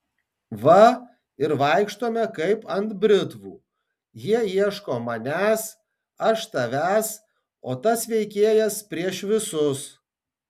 va ir vaikštome kaip ant britvų jie ieško manęs aš tavęs o tas veikėjas prieš visus